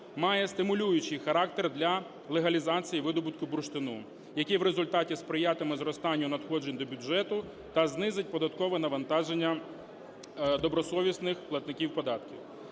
має стимулюючий характер для легалізації видобутку бурштину, який в результаті сприятиме зростанню надходжень до бюджету та знизить податкове навантаження добросовісних платників податків.